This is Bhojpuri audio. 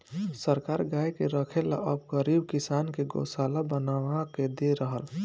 सरकार गाय के रखे ला अब गरीब किसान के गोशाला बनवा के दे रहल